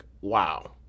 wow